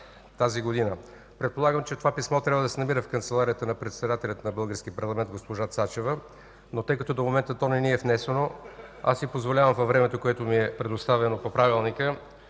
тази година. Предполагам, че това писмо трябва да се намира в Канцеларията на председателя на Българския парламент госпожа Цачева, но тъй като до момента то не ни е внесено, аз си позволявам във времето, което ми е предоставено по Правилника,